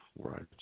Right